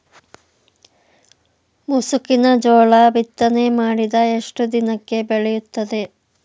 ಮುಸುಕಿನ ಜೋಳ ಬಿತ್ತನೆ ಮಾಡಿದ ಎಷ್ಟು ದಿನಕ್ಕೆ ಬೆಳೆಯುತ್ತದೆ?